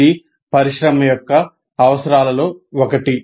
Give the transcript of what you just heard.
ఇది పరిశ్రమ యొక్క అవసరాలలో ఒకటి